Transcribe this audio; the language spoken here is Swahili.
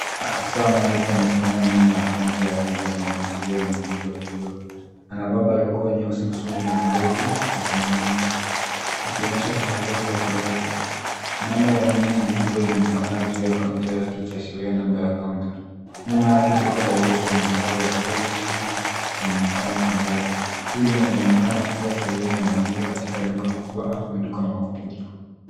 Afisa wa malipo amesimama nyuma ya kaunta ya rangi ya samawati iliyo na ulinzi wa kioo . Anavaa barakoa nyeusi usoni na glovu mikononi akionyesha tahadhari za kiafya. Namba ya nne kubwa inaonekana juu ya kaunta yake ikiashiria namba ya kaunta. Nyuma yake duka la viatu lenye ishara ya styles shoes linaonekana kwa mbali. Hili linaonekana kuwa sehemu ya malipo katika duka kubwa au maduka makubwa.